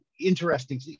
interesting